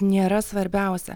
nėra svarbiausia